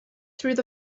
through